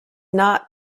not